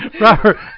Robert